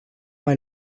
mai